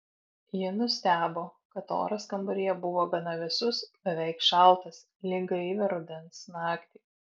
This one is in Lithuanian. ji nustebo kad oras kambaryje buvo gana vėsus beveik šaltas lyg gaivią rudens naktį